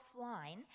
offline